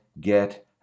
get